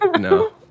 no